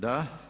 Da.